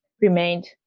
remained